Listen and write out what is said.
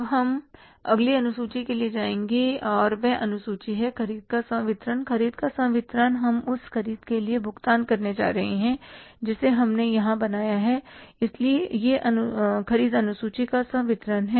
अब हम अगली अनुसूची के लिए जाएंगे और वह अनुसूची है ख़रीद का संवितरण ख़रीद का संवितरण हम उस ख़रीद के लिए भुगतान करने जा रहे हैं जिसे हमने यहां बनाया हैं इसलिए यह ख़रीद अनुसूची का संवितरण है